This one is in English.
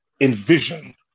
envision